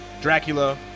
Dracula